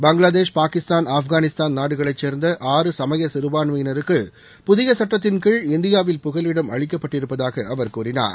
பங்களாதேஷ் பாகிஸ்தான் ஆப்கானிஸ்தான் நாடுகளைச் சேர்ந்த ஆறு சமய சிறபான்மயினருக்கு புதிய சட்டத்தின்கீழ் இந்தியாவில் புகலிடம் அளிக்கப்பட்டிருப்பதாக அவர் கூறினார்